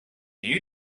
you